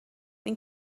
این